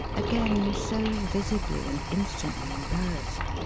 again so visibly, and instantly embarrassed.